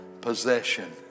possession